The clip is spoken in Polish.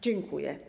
Dziękuję.